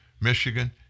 Michigan